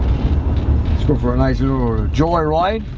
it's good for a nice enjoy ride